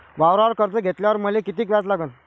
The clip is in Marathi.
वावरावर कर्ज घेतल्यावर मले कितीक व्याज लागन?